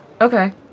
Okay